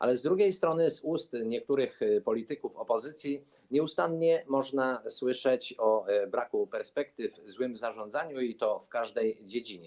Ale z drugiej strony z ust niektórych polityków opozycji nieustannie można słyszeć o braku perspektyw, złym zarządzaniu, i to w każdej dziedzinie.